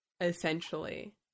essentially